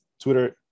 Twitter